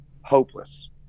hopeless